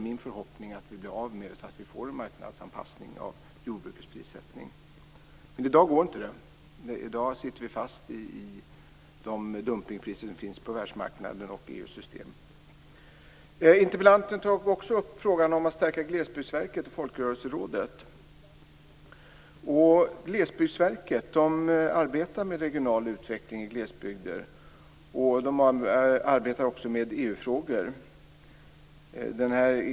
Min förhoppning är att vi får en marknadsanpassning av prissättningen inom jordbruket. Det går inte i dag. I dag sitter vi fast i de dumpningspriser som finns på världsmarknaden och EU:s system. Interpellanten tar också upp frågan om att stärka Glesbygdsverket och Folkrörelserådet. Glesbygdsverket arbetar med regional utveckling i glesbygder och arbetar med EU-frågor.